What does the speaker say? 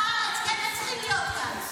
מלח הארץ, הם צריכים להיות כאן.